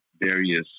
various